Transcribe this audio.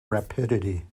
rapidity